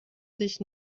sich